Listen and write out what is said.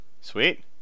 sweet